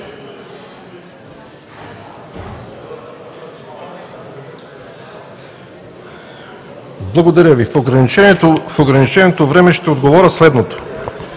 Благодаря Ви. В ограниченото време ще отговоря следното: